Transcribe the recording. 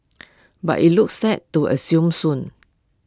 but IT looks set to assume soon